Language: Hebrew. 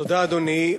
תודה, אדוני.